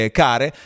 care